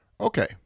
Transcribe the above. Okay